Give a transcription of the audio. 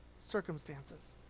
circumstances